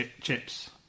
chips